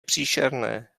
příšerné